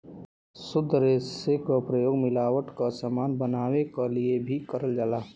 शुद्ध रेसे क प्रयोग मिलावट क समान बनावे क लिए भी करल जाला